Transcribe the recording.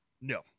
No